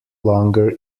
longer